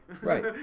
Right